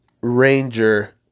ranger